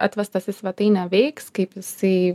atvestas į svetainę veiks kaip jisai